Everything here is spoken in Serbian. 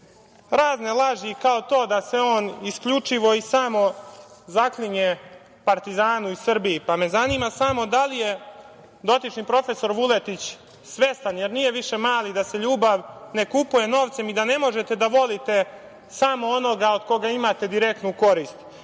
razne laži, kao to da se on isključivo i samo zaklinje „Partizanu“ i Srbiji, pa me zanima da li je dotični profesor Vuletić svestan, jer nije više mali, da se ljubav ne kupuje novcem, i da ne možete da volite samo onoga od koga imate direktnu korist. Pa